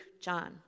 John